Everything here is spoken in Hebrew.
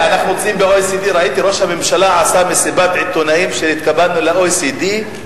ראיתי שראש הממשלה עשה מסיבת עיתונאים שהתקבלנו ל-OECD.